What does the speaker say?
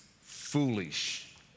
foolish